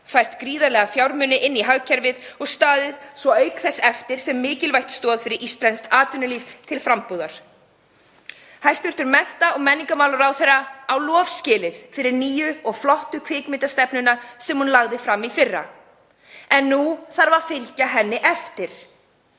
fært gríðarlega fjármuni inn í hagkerfið og staðið eftir sem mikilvæg stoð fyrir íslenskt atvinnulíf til frambúðar. Hæstv. mennta- og menningarmálaráðherra á lof skilið fyrir nýju og flottu kvikmyndastefnuna sem hún lagði fram í fyrra, en nú þarf að fylgja henni eftir.